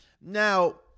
Now